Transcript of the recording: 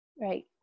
right